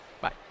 Bye